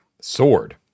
sword